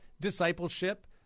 discipleship